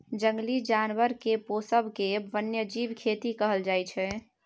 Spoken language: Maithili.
जंगली जानबर केर पोसब केँ बन्यजीब खेती कहल जाइ छै